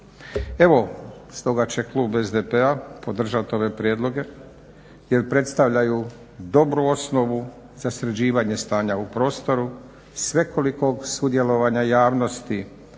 Evo, stoga će klub SDP-a podržati ove prijedloge jer predstavljaju dobru osnovu za sređivanje stanja u prostoru, svekolikog sudjelovanja javnosti